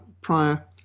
prior